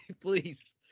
please